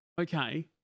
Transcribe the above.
okay